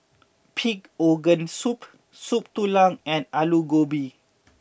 Pig Organ Soup Soup Tulang and Aloo Gobi